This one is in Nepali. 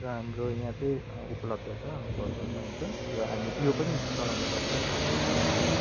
र हाम्रो यहाँ चाहिँ उपलब्ध छ हाम्रो घरघरमा हुन्छ र हामी यो पनि चलाउने गर्छ घाँटी दुख्दाखेरि